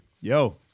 yo